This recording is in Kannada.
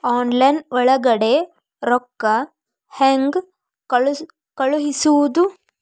ಆನ್ಲೈನ್ ಒಳಗಡೆ ರೊಕ್ಕ ಹೆಂಗ್ ಕಳುಹಿಸುವುದು?